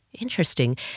Interesting